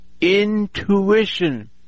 intuition